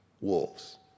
wolves